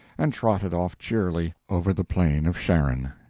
and trotted off cheerily over the plain of sharon.